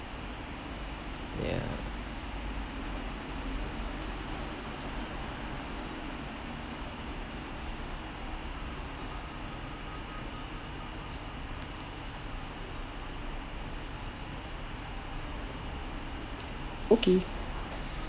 yeah okay